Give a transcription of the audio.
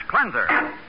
cleanser